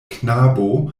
knabo